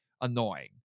annoying